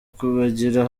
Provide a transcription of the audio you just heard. kubagira